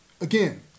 Again